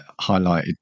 highlighted